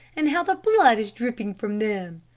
and how the blood is dripping from them.